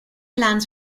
lands